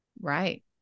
Right